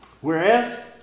Whereas